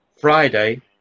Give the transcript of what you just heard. Friday